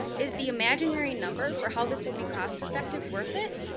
is the imaginary number for how this will be cost effective worth it?